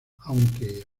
aunque